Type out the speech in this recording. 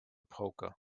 poker